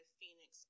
Phoenix